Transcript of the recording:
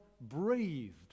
breathed